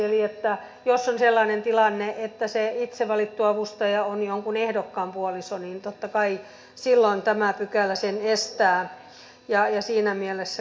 eli jos on sellainen tilanne että se itse valittu avustaja on jonkun ehdokkaan puoliso niin totta kai silloin tämä pykälä sen estää siinä mielessä kyllä